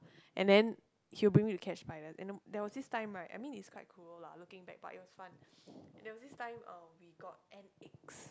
and then he'll bring me to catch spider and then there was this time right I mean it's quite cool lah looking back but it was fun and there was this time um we got hen eggs